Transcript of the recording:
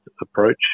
approach